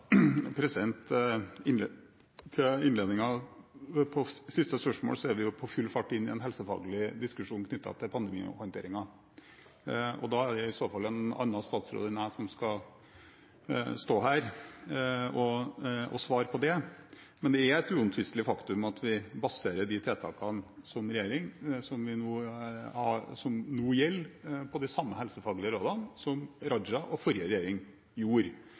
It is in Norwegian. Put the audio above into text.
på siste spørsmål, er vi på full fart inn i en helsefaglig diskusjon knyttet til pandemihåndteringen. Da er det i så fall en annen statsråd enn meg som skal stå her og svare på det. Men det er et uomtvistelig faktum at vi som regjering baserer de tiltakene som nå gjelder, på de samme helsefaglige rådene som Raja og forrige regjering gjorde